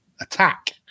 attack